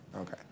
Okay